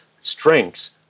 strengths